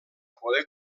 poder